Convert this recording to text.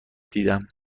دیدم